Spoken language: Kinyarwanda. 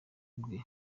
bwe